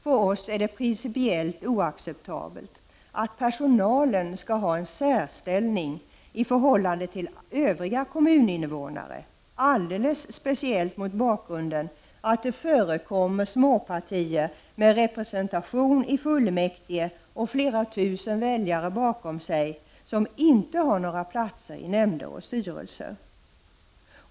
För oss är det principiellt oacceptabelt att personalen skall ha en särställning i förhållande till övriga kommuninnevånare, alldeles speciellt mot bakgrund av att det förekommer att småpartier med representation i fullmäktige och flera tusen väljare bakom sig inte har några platser i nämnder och styrelser.